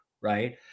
right